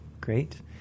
great